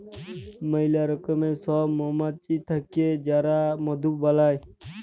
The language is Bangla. ম্যালা রকমের সব মমাছি থাক্যে যারা মধু বালাই